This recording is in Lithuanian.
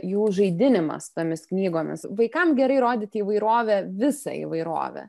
jų žaidinimas tomis knygomis vaikam gerai rodyti įvairovę visą įvairovę